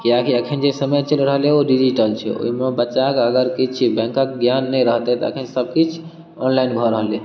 किएकि अखन जे समय चलि रहले ओ डिजीटल छै ओय मे बच्चा क अगर किछु बैंकक ज्ञान नहि रहतै तऽ अखन सब किछु ऑनलाइन भऽ रहले